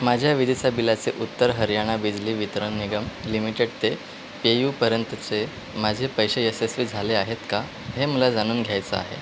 माझ्या विजेचा बिलाचे उत्तर हरियाणा बिजली वितरण निगम लिमिटेड ते पेयूपर्यंतचे माझे पैसे यशस्वी झाले आहेत का हे मला जाणून घ्यायचं आहे